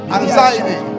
Anxiety